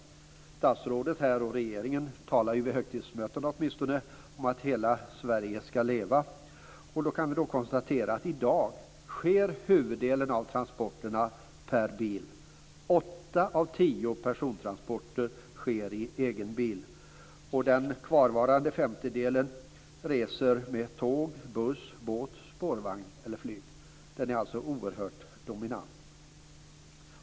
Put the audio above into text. Statsrådet och regeringen talar ju, åtminstone vid högtidsmötena, om att hela Sverige skall leva. Då kan vi konstatera att i dag sker huvuddelen av transporterna per bil. Åtta av tio persontransporter sker i egen bil, och den kvarvarande femtedelen sker med tåg, buss, båt, spårvagn eller flyg. Bilen är alltså oerhört dominant.